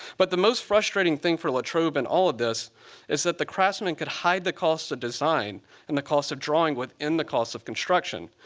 but the most frustrating thing for latrobe in and all of this is that the craftsman could hide the cost of design and the cost of drawing within the cost of construction.